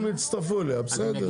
הם יצטרפו אליה, בסדר.